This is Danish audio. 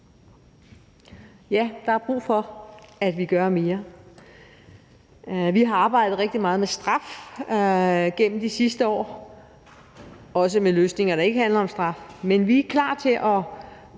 Ja, der er brug for, at vi gør mere. Vi har arbejdet rigtig meget med straf igennem de sidste år, også med løsninger, der ikke handler om straf, men vi er klar til at